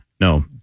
No